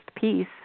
piece